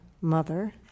mother